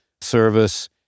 service